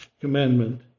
commandment